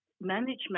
management